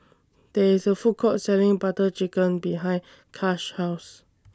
There IS A Food Court Selling Butter Chicken behind Kash's House